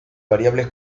variables